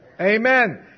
Amen